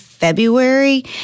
February